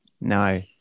No